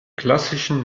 klassischen